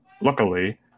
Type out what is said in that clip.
luckily